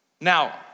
Now